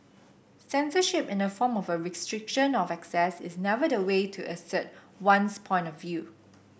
censorship in the form of a restriction of access is never the way to assert one's point of view